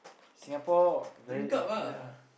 Singapore very very hot